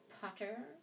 Potter